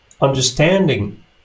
understanding